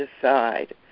decide